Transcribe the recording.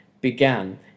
began